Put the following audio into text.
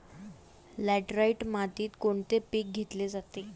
Laterite मातीत कोणते पीक घेतले जाते?